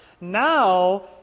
Now